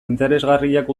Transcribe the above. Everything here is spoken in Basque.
interesgarriak